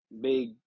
big